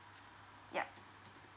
yup